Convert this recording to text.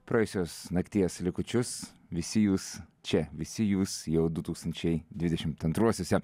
praėjusios nakties likučius visi jūs čia visi jūs jau du tūkstančiai dvidešimt antruosiuose